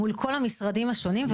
מול כל המשרדים השונים,